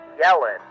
yelling